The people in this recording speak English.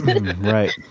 Right